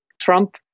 Trump